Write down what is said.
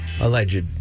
Alleged